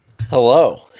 Hello